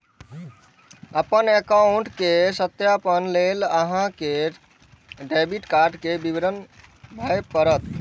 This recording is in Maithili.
अपन एकाउंट केर सत्यापन लेल अहां कें डेबिट कार्ड के विवरण भरय पड़त